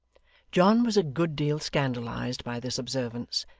john was a good deal scandalised by this observance,